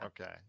Okay